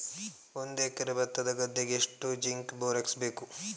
ಒಂದು ಎಕರೆ ಭತ್ತದ ಗದ್ದೆಗೆ ಎಷ್ಟು ಜಿಂಕ್ ಬೋರೆಕ್ಸ್ ಬೇಕು?